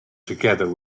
together